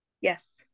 Yes